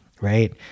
right